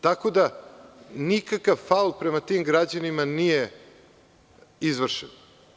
Tako da nikakav faul prema tim građanima nije izvršen.